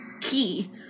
key